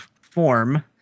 form